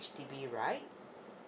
H_D_B right